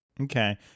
Okay